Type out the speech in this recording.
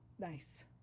Nice